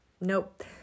Nope